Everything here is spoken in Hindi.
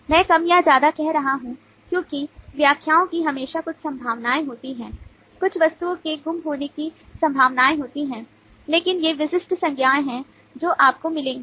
मैं कम या ज्यादा कह रहा हूं क्योंकि व्याख्याओं की हमेशा कुछ संभावनाएं होती हैं कुछ वस्तुओं के गुम होने की संभावनाएं होती हैं लेकिन ये विशिष्ट संज्ञाएं हैं जो आपको मिलेंगी